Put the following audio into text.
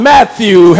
Matthew